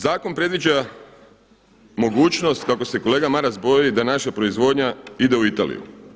Zakon predviđa mogućnost kako se kolega Maras boji da naša proizvodnja ide u Italiju.